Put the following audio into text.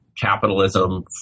capitalism